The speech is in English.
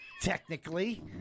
technically